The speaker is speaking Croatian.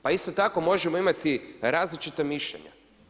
Pa isto tako možemo imati i različita mišljenja.